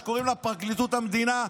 שקוראים לה פרקליטות המדינה,